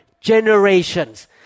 generations